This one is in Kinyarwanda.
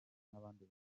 bakobwa